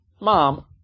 mom